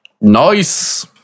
Nice